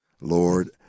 Lord